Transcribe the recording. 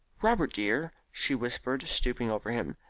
robert, dear, she whispered, stooping over him,